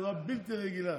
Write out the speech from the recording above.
בצורה בלתי רגילה.